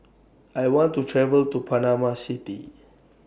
I want to travel to Panama City